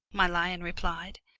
my lion replied,